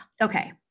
Okay